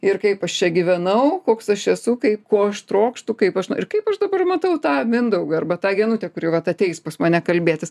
ir kaip aš čia gyvenau koks aš esu kaip ko aš trokštu kaip aš ir kaip aš dabar matau tą mindaugą arba tą genutę kuri vat ateis pas mane kalbėtis